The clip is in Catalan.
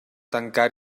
tancar